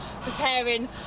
preparing